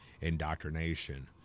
indoctrination